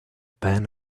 pan